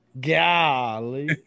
Golly